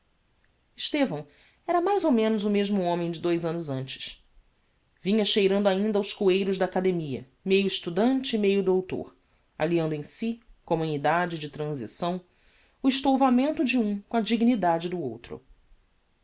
estevão era mais ou menos o mesmo homem de dous annos antes vinha cheirando ainda aos cueiros da academia meio estudante e meio doutor alliando em si como em edade de transição o estouvamento de um com a dignidade do outro